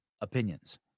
opinions